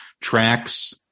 tracks